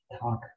talk